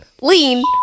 Lean